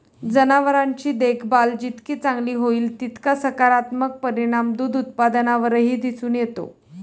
जनावरांची देखभाल जितकी चांगली होईल, तितका सकारात्मक परिणाम दूध उत्पादनावरही दिसून येतो